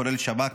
כולל שב"כ,